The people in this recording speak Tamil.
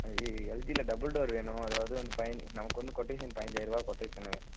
அது எல்ஜியில டபுள் டோர் வேணும் அதாவது வந்து பய நமக்கு ஒன்றும் கொட்டேஷன் பதினஞ்சாயருவா கொட்டேஷன்னு